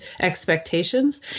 expectations